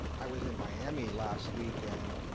i was in miami last week. and